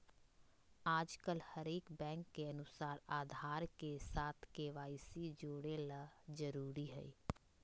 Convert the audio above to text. आजकल हरेक बैंक के अनुसार आधार के साथ के.वाई.सी जोड़े ल जरूरी हय